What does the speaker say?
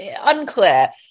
unclear